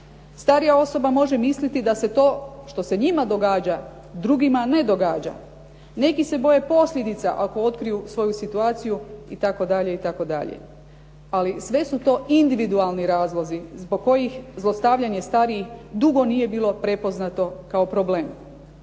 starija osoba može misliti da se to što se njima događa drugima ne događa. Neki se boje posljedica ako otkriju svoju situaciju itd., it.. Ali sve su to individualni razlozi zbog kojih zlostavljanje starijih dugo nije bilo prepoznato kao problem.